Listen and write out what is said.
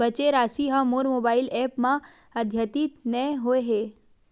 बचे राशि हा मोर मोबाइल ऐप मा आद्यतित नै होए हे